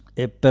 it but